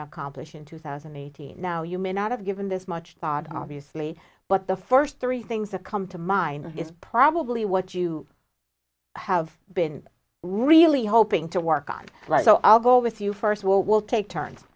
to accomplish in two thousand and eighteen now you may not have given this much thought obviously but the first three things that come to mind is probably what you have been really hoping to work on so i'll go with you first well we'll take turns